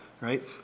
right